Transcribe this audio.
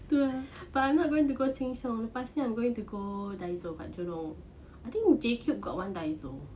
betul but I'm not going to go sheng siong I'm going to go daiso but I don't know I think jcube got one daiso